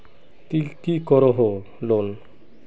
ती की करोहो लोन?